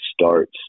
starts